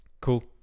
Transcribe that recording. cool